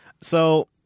So-